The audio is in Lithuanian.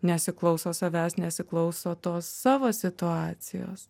nesiklauso savęs nesiklauso tos savo situacijos